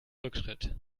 rückschritt